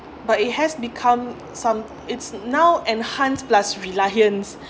but it has become some it's now enhance plus reliance